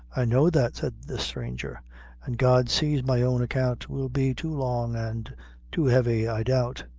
i know that, said the stranger and god sees my own account will be too long and too heavy, i doubt.